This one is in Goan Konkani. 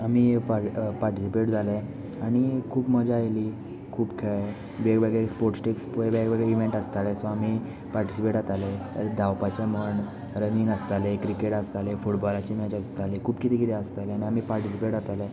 आमी पार्टिसीपेट जाले आनी खूब मजा आयली खूब खेळ्ळें वेगवेगळे स्पोट्स डेक वेगवेगळे इवेंट आसताले सो आमी पार्टिसीपेट जाताले धांवपाचें म्हण रनींग आसतालें क्रिकेट आसतालें फुटबॉलाची मॅच आसताली खूब कितें कितें आसताले आनी आमी पार्टीसिपेट जाताले